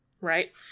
right